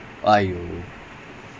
best gold